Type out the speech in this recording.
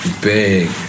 big